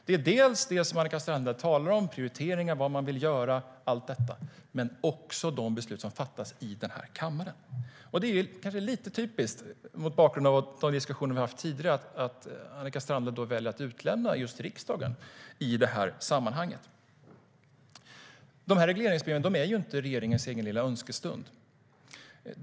Det är dels det som Annika Strandhäll talar om, det vill säga prioriteringar, vad man vill göra och allt detta, dels de beslut som fattas här i kammaren. Det är kanske lite typiskt, mot bakgrund av de diskussioner vi har haft tidigare, att Annika Strandhäll väljer att utelämna just riksdagen i det här sammanhanget. Regleringsbreven är inte regeringens egen lilla önskestund.